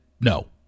no